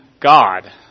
God